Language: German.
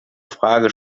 frage